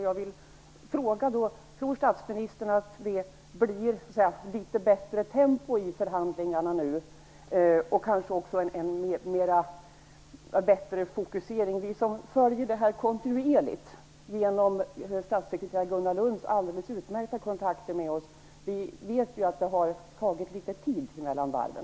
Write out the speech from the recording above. Jag vill då fråga: Tror statsministern att det blir litet bättre tempo i förhandlingarna nu, och kanske också en bättre fokusering? Vi som följer det här kontinuerligt, genom statssekreterare Gunnar Lunds alldeles utmärkta kontakter med oss i EU nämnden, vet ju att det har tagit litet tid mellan varven.